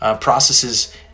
processes